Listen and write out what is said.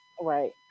right